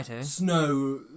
snow